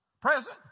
Present